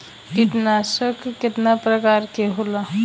कीटनाशक केतना प्रकार के होला?